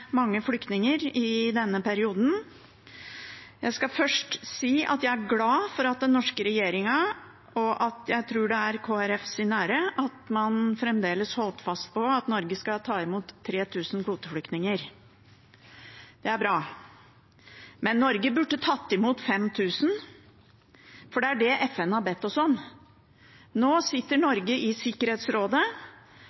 mange flyktninger i denne perioden. Jeg skal først si at jeg er glad for at den norske regjeringen – og jeg tror det er Kristelig Folkepartis ære – holdt fast på at Norge skal ta imot 3 000 kvoteflyktninger. Det er bra. Men Norge burde tatt imot 5 000, for det er det FN har bedt oss om. Nå sitter